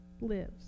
lives